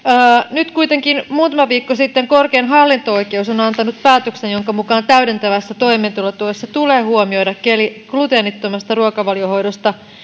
nyt kuitenkin muutama viikko sitten korkein hallinto oikeus on on antanut päätöksen jonka mukaan täydentävässä toimeentulotuessa tulee huomioida gluteenittomasta ruokavaliohoidosta